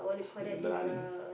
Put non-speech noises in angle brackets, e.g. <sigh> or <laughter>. <noise> naan